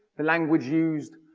the language used,